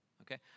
Okay